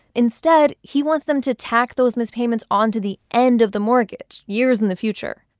instead, he wants them to tack those missed payments onto the end of the mortgage years in the future.